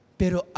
pero